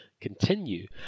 continue